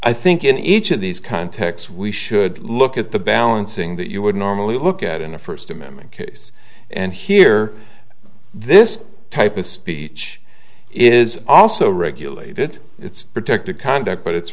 i think in each of these contexts we should look at the balancing that you would normally look at in a first amendment case and here this type of speech is also regulated it's protected conduct but it's